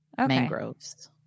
mangroves